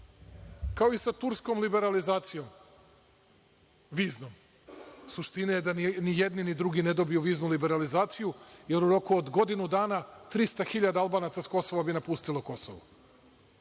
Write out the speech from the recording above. kao i sa turskom viznom liberalizacijom? Suština je da ni jedni ni drugi ne dobiju viznu liberalizaciju jer u roku od godinu dana 300 hiljada Albanaca bi sa Kosova napustilo Kosovo